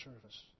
service